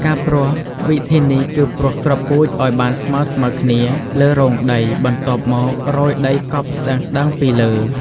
ការព្រោះ វិធីនេះគឺព្រោះគ្រាប់ពូជឱ្យបានស្មើៗគ្នាលើរងដី បន្ទាប់មករោយដីកប់ស្ដើងៗពីលើ។